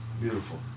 beautiful